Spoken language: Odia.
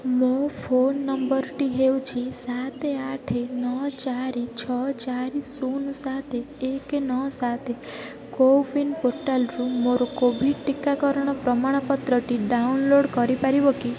ମୋ ଫୋନ୍ ନମ୍ବରଟି ହେଉଛି ସାତ ଆଠ ନଅ ଚାରି ଛଅ ଚାରି ଶୂନ ସାତ ଏକ ନଅ ସାତ କୋୱିନ୍ ପୋର୍ଟାଲ୍ରୁ ମୋର କୋଭିଡ଼୍ ଟିକାକରଣ ପ୍ରମାଣପତ୍ରଟି ଡାଉନଲୋଡ଼୍ କରିପାରିବ କି